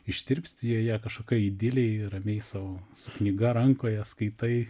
ištirpsti joje kažkokioj idilėj ramiai sau su knyga rankoje skaitai